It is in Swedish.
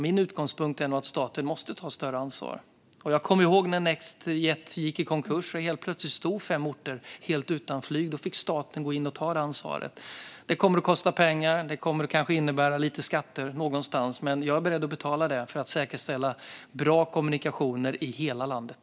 Min utgångspunkt är nog att staten måste ta större ansvar. Jag kommer ihåg när Nextjet gick i konkurs. Helt plötsligt stod fem orter helt utan flyg. Då fick staten gå in och ta det ansvaret. Det kommer att kosta pengar. Det kommer kanske att innebära lite skatter någonstans, men jag är beredd att betala det för att säkerställa bra kommunikationer i hela landet.